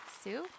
Sue